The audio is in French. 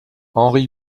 henri